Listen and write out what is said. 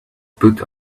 put